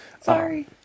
Sorry